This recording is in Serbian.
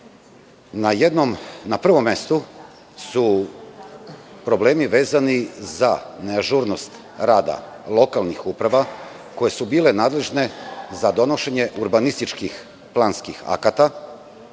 Na prvom mestu su problemi vezani za neažurnost rada lokalnih uprava, koje su bile nadležne za donošenje urbanističkih planskih akata,